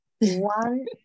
One